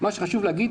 חשוב להגיד,